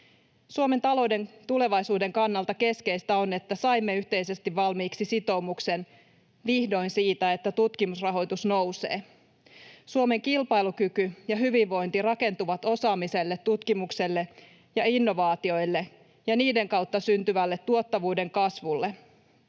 Suomen talouden tulevaisuuden kannalta keskeistä on, että saimme vihdoin yhteisesti valmiiksi sitoumuksen siitä, että tutkimusrahoitus nousee. Suomen kilpailukyky ja hyvinvointi rakentuvat osaamiselle, tutkimukselle ja innovaatioille, ja niiden kautta syntyvälle tuottavuuden kasvulle.